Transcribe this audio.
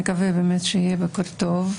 נקווה באמת שיהיה בוקר טוב.